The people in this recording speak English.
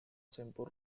simple